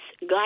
guide